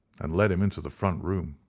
and led him into the front room.